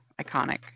iconic